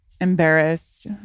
embarrassed